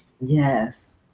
yes